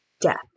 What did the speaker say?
death